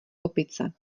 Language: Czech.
opice